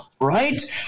right